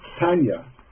Tanya